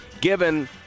given